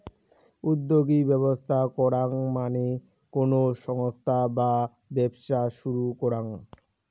উদ্যোগী ব্যবস্থা করাঙ মানে কোনো সংস্থা বা ব্যবসা শুরু করাঙ